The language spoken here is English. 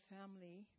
family